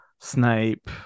Snape